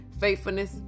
faithfulness